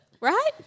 Right